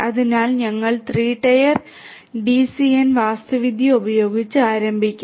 അതിനാൽ ഞങ്ങൾ 3 tier DCN വാസ്തുവിദ്യ ഉപയോഗിച്ച് ആരംഭിക്കും